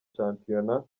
shampiona